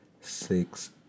six